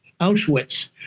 Auschwitz